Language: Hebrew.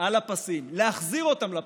על הפסים, להחזיר אותם לפסים,